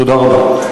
תודה רבה.